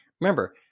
Remember